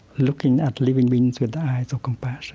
looking at living beings with the eyes of compassion